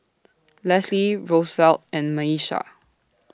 Lesley Rosevelt and Miesha